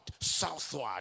southward